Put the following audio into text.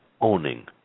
owning